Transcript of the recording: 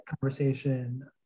conversation